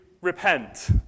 repent